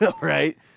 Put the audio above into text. right